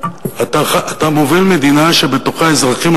אתה מוביל מדינה שבתוכה האזרחים,